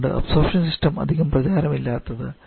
അതുകൊണ്ടാണ് absorption system അധികം പ്രചാരം ഇല്ലാത്തത്